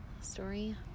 story